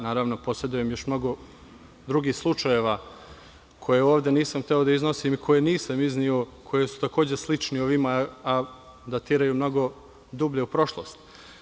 Naravno, posedujem još mnogo drugih slučajeva koje ovde nisam hteo da iznosim i koje nisam izneo, koji su takođe slični ovima, a datiraju mnogo dublje u prošlost.